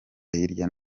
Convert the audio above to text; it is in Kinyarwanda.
hirya